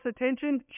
attention